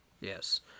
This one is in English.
Yes